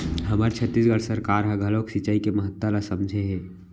हमर छत्तीसगढ़ सरकार ह घलोक सिचई के महत्ता ल समझे हे